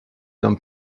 d’un